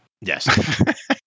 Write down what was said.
Yes